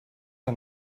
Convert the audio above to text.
ein